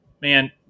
Man